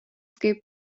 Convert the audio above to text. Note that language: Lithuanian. kaip